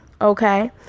Okay